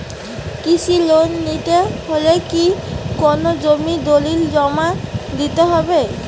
কৃষি লোন নিতে হলে কি কোনো জমির দলিল জমা দিতে হবে?